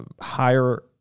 higher